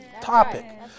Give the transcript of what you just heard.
topic